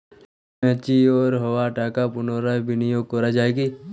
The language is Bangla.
ম্যাচিওর হওয়া টাকা পুনরায় বিনিয়োগ করা য়ায় কি?